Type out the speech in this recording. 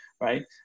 right